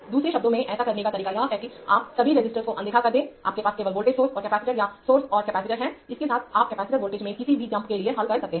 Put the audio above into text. दूसरे शब्दों में ऐसा करने का तरीका यह है कि आप सभी सिस्टर्स को अनदेखा कर देंआपके पास केवल वोल्टेज सोर्स और कैपेसिटर या सोर्स और कैपेसिटर हैं इसके साथ आप कैपेसिटर वोल्टेज में किसी भी जम्प के लिए हल कर सकते हैं